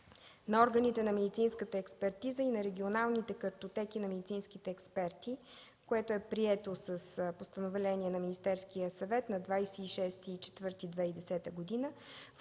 на органите на медицинската експертиза и на регионалните картотеки на медицинските експерти, приет с Постановление на Министерския съвет на 26 април 2010 г.,